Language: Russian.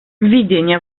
введение